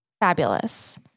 Fabulous